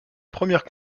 première